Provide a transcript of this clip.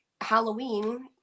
Halloween